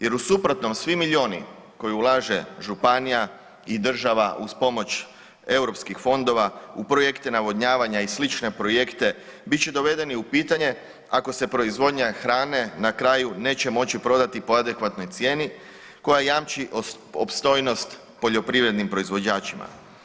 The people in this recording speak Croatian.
Jer u suprotnom svi milijuni koje ulaže županija i država uz pomoć europskih fondova u projekte navodnjavanja i slične projekte bit će dovedeni u pitanje ako se proizvodnja hrane na kraju neće moći prodati po adekvatnoj cijeni koja jamči opstojnost poljoprivrednim proizvođačima.